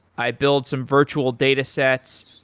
i build some virtual datasets,